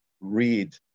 Read